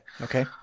Okay